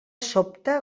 sobte